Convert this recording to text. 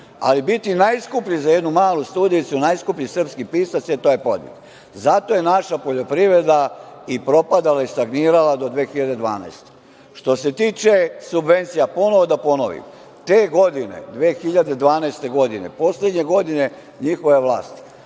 Ali, biti najskuplji za jednu malu studijicu, najskuplji srpski pisac, e to je podvig. Zato je naša poljoprivreda i propadala i stagnirala do 2012. godine. Što se tiče subvencija, ponovo da ponovim, te godine, 2012. godine, poslednje godine njihove vlasti,